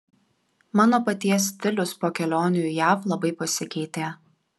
mano paties stilius po kelionių į jav labai pasikeitė